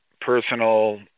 personal